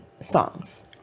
songs